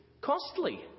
costly